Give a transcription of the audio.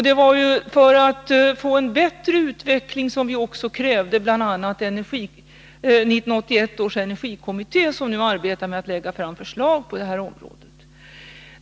Det var också för att få en bättre utveckling som vi krävde bl.a. 1981 års energikommitté, som nu arbetar med att lägga fram förslag på detta område.